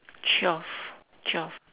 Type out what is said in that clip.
twelve twelve